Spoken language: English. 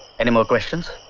any more questions?